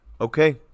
Okay